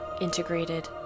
integrated